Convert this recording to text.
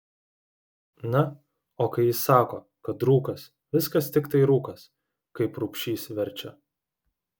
na o kai jis sako kad rūkas viskas tiktai rūkas kaip rubšys verčia